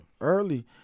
Early